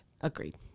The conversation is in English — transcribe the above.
Agreed